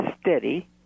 steady